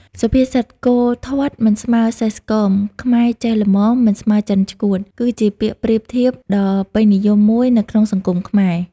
សុភាសិត "គោធាត់មិនស្មើសេះស្គម ខ្មែរចេះល្មមមិនស្មើចិនឆ្កួត" គឺជាពាក្យប្រៀបធៀបដ៏ពេញនិយមមួយនៅក្នុងសង្គមខ្មែរ។